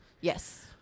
Yes